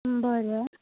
बरें